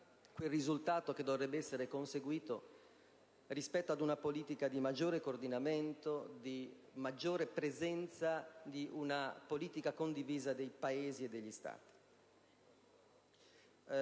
quel risultato che dovrebbe essere conseguito in termini di maggiore coordinamento, di maggiore presenza, di una politica condivisa dei Paesi e degli Stati.